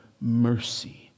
mercy